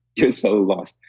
you're so lost.